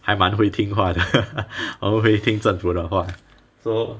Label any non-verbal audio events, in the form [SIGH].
还蛮会听话的 [LAUGHS] 我们会听政府的话 so